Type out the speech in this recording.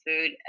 food